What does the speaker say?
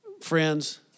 friends